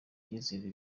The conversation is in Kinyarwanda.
icyizere